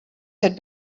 had